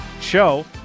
Show